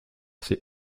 ses